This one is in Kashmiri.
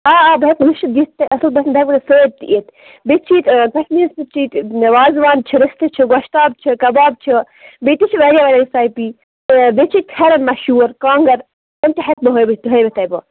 آ آ بہٕ ہیٚکہٕ تۄہہِ وٕچھِتھ دِتھ تہِ اصٕل پٲٹھۍ بہٕ ہیٚکہٕ تۄہہِ سۭتۍ یِتھ بیٚیہِ چھُ ییٚتہِ کَشمیٖرٕکۍ چھِ ییٚتہِ وازوان چھِ رِستہٕ چھِ گۄشتاب چھِ کَباب چھُ بیٚیہِ تہِ چھِ واریاہ واریاہ رِسایپی تہٕ بیٚیہِ چھِ فیرَن مشہوٗر کانٛگٕر تِم تہِ ہیٚکہٕ بہٕ ہٲوِتھ ہٲوِتھ تۄہہِ بہٕ